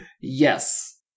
Yes